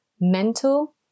mental